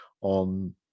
on